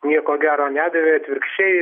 nieko gero nedavė atvirkščiai